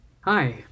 Hi